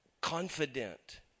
confident